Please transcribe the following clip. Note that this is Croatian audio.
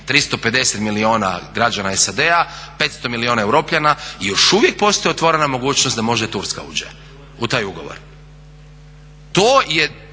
350 milijuna građana SAD-a, 500 milijuna europljana i još uvijek postoji otvorena mogućnost da možda i Turska uđe u taj ugovor.